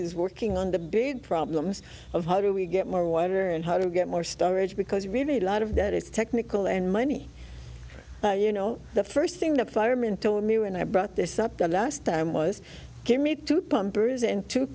is working on the big problems of how do we get more water and how to get more storage because really a lot of that is technical and money but you know the first thing the firemen told me when i brought this up the last time was give me two